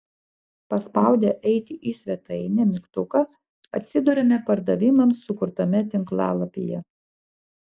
paspaudę eiti į svetainę mygtuką atsiduriame pardavimams sukurtame tinklalapyje